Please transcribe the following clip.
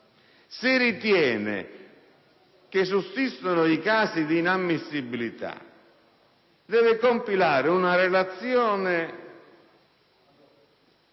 se ritiene che sussistono i casi di inammissibilità deve compilare una relazione